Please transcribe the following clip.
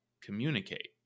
communicate